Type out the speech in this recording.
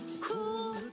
cool